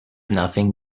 nothing